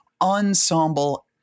ensemble